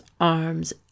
arms